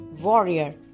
warrior